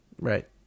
Right